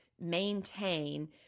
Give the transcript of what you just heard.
maintain